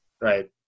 right